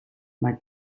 mijn